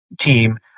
team